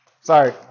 Sorry